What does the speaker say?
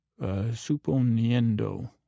suponiendo